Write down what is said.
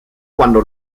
cuando